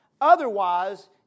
Otherwise